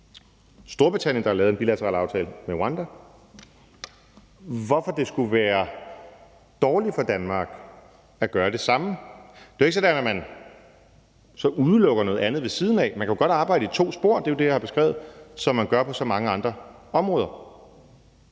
Storbritannien, der har lavet en bilateral aftale med Rwanda – hvorfor det skulle være dårligt for Danmark at gøre det samme. Kl. 17:44 Det er jo ikke sådan, at man så udelukker noget andet ved siden af. Man kan jo godt arbejde i to spor – det er jo det, jeg har beskrevet – som man gør på så mange andre områder.